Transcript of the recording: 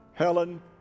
Helen